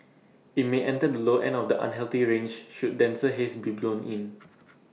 IT may enter the low end of the unhealthy range should denser haze be blown in